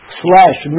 slash